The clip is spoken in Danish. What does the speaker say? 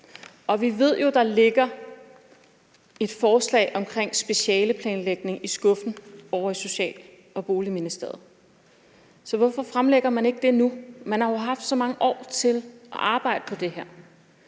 og Boligministeriet har et forslag om specialeplanlægning liggende i skuffen. Så hvorfor fremlægger man ikke det nu? Man har jo haft så mange år til at arbejde på det her.